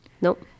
Nope